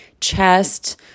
chest